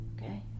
Okay